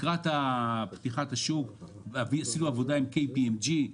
לקראת פתיחת השוק עשינו עבודה עם KBMG,